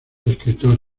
escritor